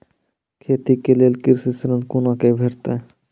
खेती के लेल कृषि ऋण कुना के भेंटते?